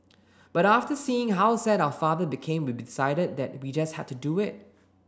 but after seeing how sad our father became we decided that we just had to do it